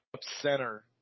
center